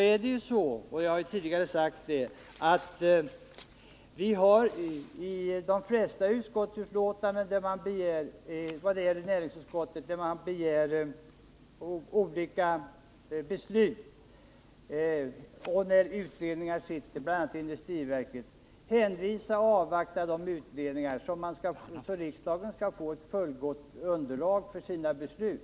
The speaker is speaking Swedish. I de flesta betänkanden från näringsutskottet har vi, när sådana ställningstaganden har begärts, hänvisat till utredningar som pågått, såsom t.ex. industriverkets, för att riksdagen skall få ett fullgott underlag för sina beslut.